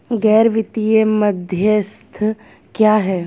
गैर वित्तीय मध्यस्थ क्या हैं?